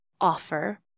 offer